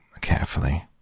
carefully